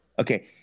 okay